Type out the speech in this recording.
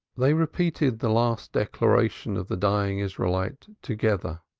they repeated the last declaration of the dying israelite together.